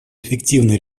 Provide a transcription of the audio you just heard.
эффективно